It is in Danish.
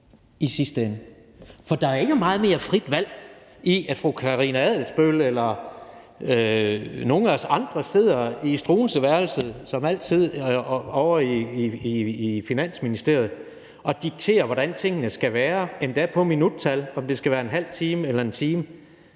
i sidste ende. For der er jo ikke meget mere frit valg i, at fru Karina Adsbøl eller nogle af os andre som altid sidder i Struenseeværelset ovre i Finansministeriet og dikterer, hvordan tingene skal være, endda på minuttal, altså om det skal være ½ time eller 1 time.